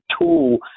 tool